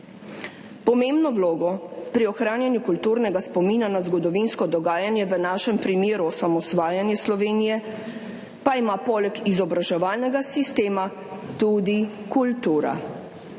Pomembno vlogo pri ohranjanju kulturnega spomina na zgodovinsko dogajanje, v našem primeru osamosvajanje Slovenije, pa ima poleg izobraževalnega sistema tudi kultura.